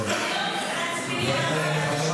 תתביישי לך.